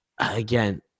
again